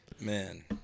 Man